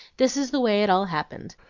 this is the way it all happened.